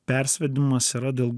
persivedimas yra dėl